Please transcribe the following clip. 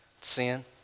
sin